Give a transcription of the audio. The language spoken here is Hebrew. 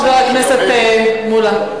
חבר הכנסת מולה.